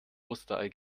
osterei